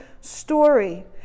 story